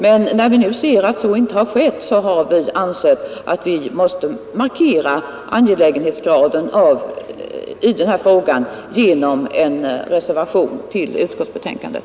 Men när vi nu ser att så inte skett har vi ansett att vi måste markera angelägenhetsgraden av frågan genom en reservation till utskottsbetänkandet.